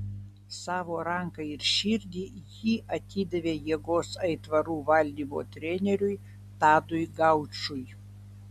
savo ranką ir širdį ji atidavė jėgos aitvarų valdymo treneriui tadui gaučui